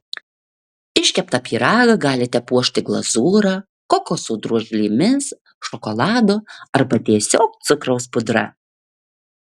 iškeptą pyragą galite puošti glazūra kokoso drožlėmis šokoladu arba tiesiog cukraus pudra